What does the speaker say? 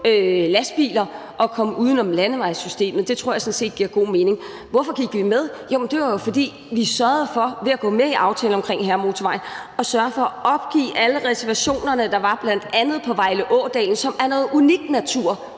for at komme uden om landevejssystemet, og det tror jeg sådan set giver god mening. Hvorfor gik vi med? Det var jo, fordi vi ved at gå med i aftalen om Hærvejsmotorvejen sørgede for, at alle reservationer, der bl.a. var på Vejle Å-dalen, som er noget unik natur,